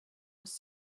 was